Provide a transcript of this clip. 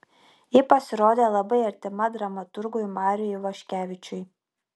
ji pasirodė labai artima dramaturgui mariui ivaškevičiui